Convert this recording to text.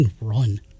run